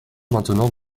maintenant